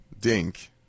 Dink